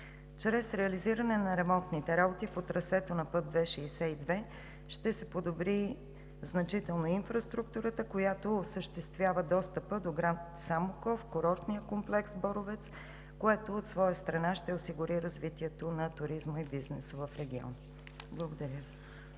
Чрез реализиране на ремонтните работи по трасето на път ΙΙ-62 ще се подобри значително инфраструктурата, която осъществява достъпа до град Самоков, курортния комплекс „Боровец“, което, от своя страна, ще осигури развитието на туризма и бизнеса в региона. Благодаря.